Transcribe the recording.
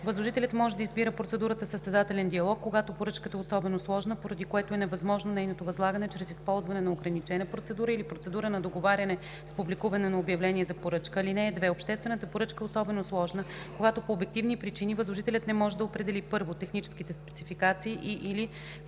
Възложителят може да избира процедурата състезателен диалог, когато поръчката е особено сложна, поради което е невъзможно нейното възлагане чрез използване на ограничена процедура или процедура на договаряне с публикуване на обявление за поръчка. (2) Обществената поръчка е особено сложна, когато по обективни причини възложителят не може да определи: 1. техническите спецификации, и/или 2.